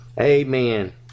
Amen